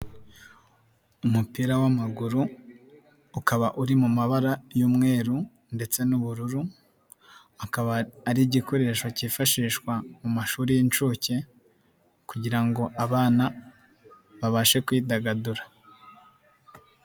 Umupira w'amaguru, ukaba uri mu mabara y'umweru ndetse n'ubururu, akaba ari igikoresho kifashishwa mu mashuri y'inshuke kugira ngo abana babashe kwidagadura.